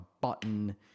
button